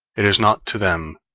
it is not to them,